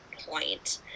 point